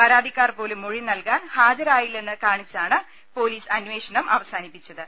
പരാതിക്കാർപോലും മൊഴി നൽകാൻ ഹാജരായില്ലെന്ന് കാണിച്ചാണ് പൊലീസ് അന്വേഷണം അവസാനിപ്പിച്ചത്